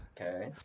Okay